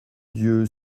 dieu